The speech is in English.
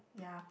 yeah